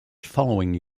following